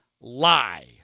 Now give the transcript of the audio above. lie